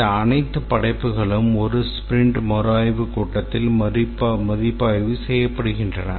இந்த அனைத்து படைப்புகளும் ஒரு ஸ்பிரிண்ட் மறுஆய்வுக் கூட்டத்தில் மதிப்பாய்வு செய்யப்படுகின்றன